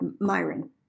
Myron